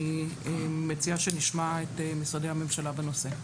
אני מציעה שנשמע את משרדי הממשלה בנושא.